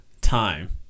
time